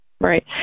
right